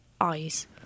eyes